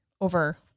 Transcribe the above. over